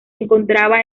encontraba